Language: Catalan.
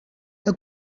que